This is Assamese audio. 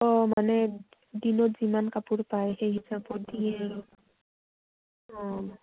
অঁ মানে দিনত যিমান কাপোৰ পায় সেই হিচাপত দিয়ে আৰু